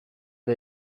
eta